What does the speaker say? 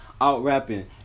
out-rapping